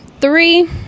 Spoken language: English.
Three